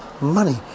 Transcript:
money